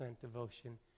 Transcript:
devotion